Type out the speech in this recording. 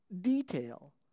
detail